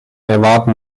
erwarten